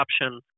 option